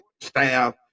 staff